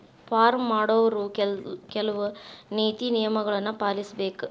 farm ಮಾಡೊವ್ರು ಕೆಲ್ವ ನೇತಿ ನಿಯಮಗಳನ್ನು ಪಾಲಿಸಬೇಕ